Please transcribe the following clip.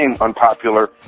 unpopular